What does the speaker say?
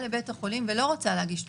לבית החולים ולא רוצה להגיש תלונה,